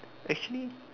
actually